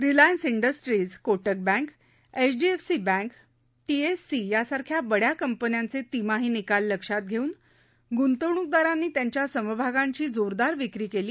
Reliance industries Kotak bank HDFC bank TSC यासारख्या बड्या कंपन्यांचे तिमाही निकाल लक्षात घेऊन गुंतवणूकदारांनी त्यांच्या समभागांची जोरदार विक्री केली